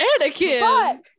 Anakin